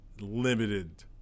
limited